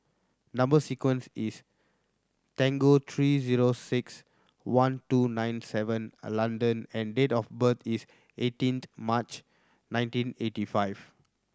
number sequence is Tango three zero six one two nine seven a London and date of birth is eighteenth March nineteen eighty five